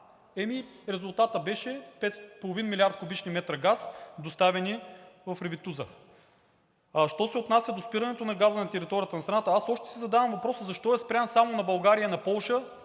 Ами резултатът беше половин милиард кубични метра газ, доставени в Ревитуса. А що се отнася до спирането на газа на територията на страната, аз още си задавам въпроса защо е спрян само на България и на Полша?